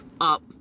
up